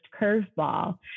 Curveball